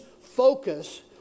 focus